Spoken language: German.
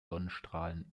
sonnenstrahlen